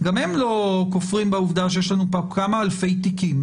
גם אם לא כופרים בעובדה שיש לנו פה כמה אלפי תיקים